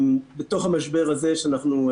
בתוך המשבר הזה שאנחנו,